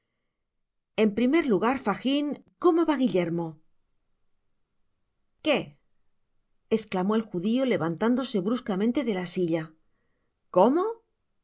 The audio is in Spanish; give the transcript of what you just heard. en primer lugar fagin cómo vá guillermo qué esclamó el judio levantándose bruscamente de la silla cómo